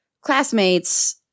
classmates